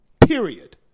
Period